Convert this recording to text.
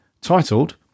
titled